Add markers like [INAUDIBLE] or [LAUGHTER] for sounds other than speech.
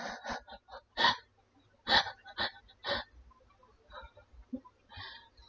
[LAUGHS]